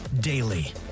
daily